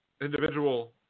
individual